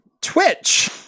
Twitch